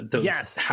Yes